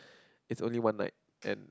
it's only one night and